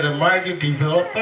a major developer